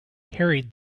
carried